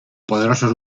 poderosos